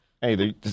Hey